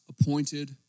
appointed